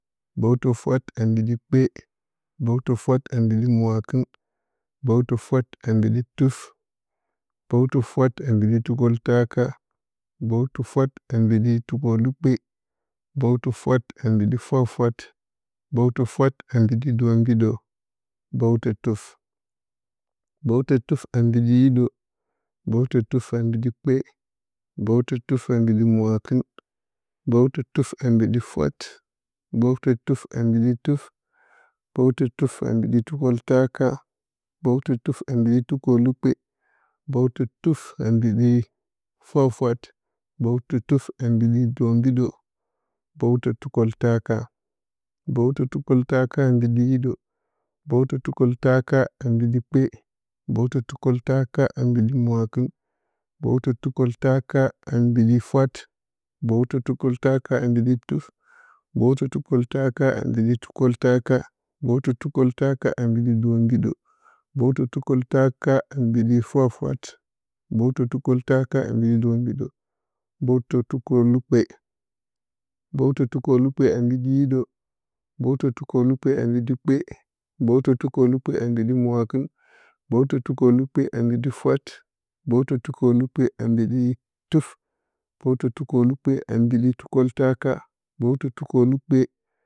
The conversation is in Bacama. Bəw tə fwat a mbiɗi kpe, bəw tə fwat a mbiɗi mwakɨn bəwtə fwat a mbiɗi fwat, bəw tə fwat a mbiɗi tɨf, bəw tə fwat a mbiɗi tukoltaka bəw tə fwat a mbiɗi takolukpe bəw tə fwat a mbiɗi fwat fwat, bəw tə fwat a mbiɗi dombiɗə bəw tə tɨf bəw tə tɨf a mbiɗi hiɗə, bəw tə tɨf a mbiɗi kpe, bəw tə tɨf a mbiɗi mwakɨn, bəw tə tɨf a mbiɗi fwat bəw tə tɨf a mbdɨi tɨf bəw tə tɨf a mbiɗɨ tukoltaka bəw tə tɨf a mbiɗi fwat-fwat bəw tə tɨf a mbdiɗi dombiɗə bəw to tukoltaka bəw tə tukoltaka a mbiɗi hiɗi, bəw tə tukoltaka a mbiɗi kpe, bəw tə tukoltaka a mbiɗi mwakɨn bəw tə tukoltaka ambiɗi fwat, bəw tə tukoltaka a mbiɗi dombiɗə bəw tə tukolukpe bəw tə tukolukpe a mbiɗi hiɗə, bəw tə tukolukpe bəw tə tukolukpe a mbiɗi kpe, bəw tə tukolukpe bəw tə tukolukpe a mbiɗi mwakɨn, bəw tə tukolukpe bəw tə tukolukpe a mbiɗi fwat, bəw tə tukolukpe bəw tə tukolukpe a mbiɗi tɨf, bəw tə tukolukpe bəw tə tukolukpe a mbiɗi tukoltaka, bəw tə tukolukpe.